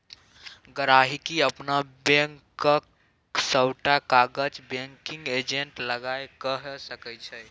गांहिकी अपन बैंकक सबटा काज बैंकिग एजेंट लग कए सकै छै